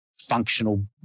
functional